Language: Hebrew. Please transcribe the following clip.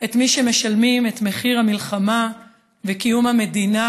את מי שמשלמים את מחיר המלחמה וקיום המדינה